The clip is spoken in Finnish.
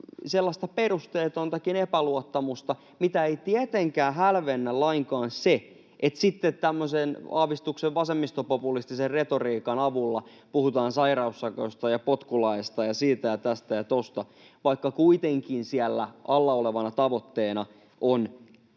perusteetontakin epäluottamusta, mitä ei tietenkään hälvennä lainkaan se, että sitten tämmöisen aavistuksen vasemmistopopulistisen retoriikan avulla puhutaan sairaussakoista ja potkulaeista ja siitä ja tästä ja tuosta, vaikka kuitenkin siellä alla olevana tavoitteena on